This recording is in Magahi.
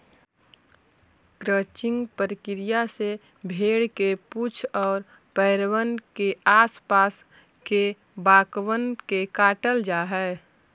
क्रचिंग प्रक्रिया से भेंड़ के पूछ आउ पैरबन के आस पास के बाकबन के काटल जा हई